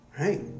right